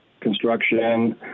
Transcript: construction